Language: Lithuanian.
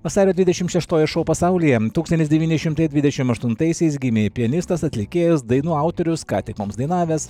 vasario dvidešimt šeštoji šou pasaulyje tūkstantis devyni šimtai dvidešimt aštuntaisiais gimė pianistas atlikėjas dainų autorius ką tik mums dainavęs